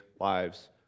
lives